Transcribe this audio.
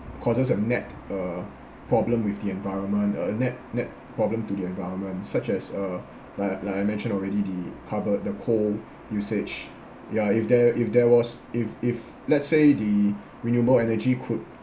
causes a net uh problem with the environment uh net net problem to the environment such as uh like like I mentioned already the carbon the coal usage ya if there if there was if if let's say the renewable energy could